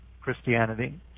christianity